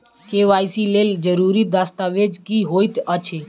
KYC लेल जरूरी दस्तावेज की होइत अछि?